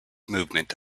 movement